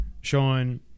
Sean